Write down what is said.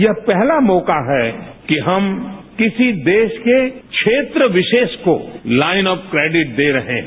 यह पहला मौका है कि हम किसी देरा के क्षेत्र विशेष को लाइन ऑफ क्रेडिट दे रहे हैं